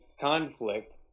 conflict